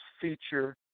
feature